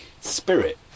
spirit